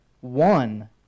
one